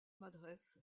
m’adresse